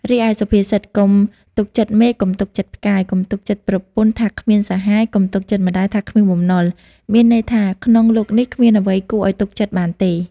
រីឯសុភាសិត កុំទុកចិត្តមេឃកុំទុកចិត្តផ្កាយ កុំទុកចិត្តប្រពន្ធថាគ្មានសាហាយ កុំទុកចិត្តម្ដាយថាគ្មានបំណុល មានន័យថា៖ ក្នុងលោកនេះគ្មានអ្វីគួរឲ្យទុកចិត្តបានទេ ។